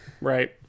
Right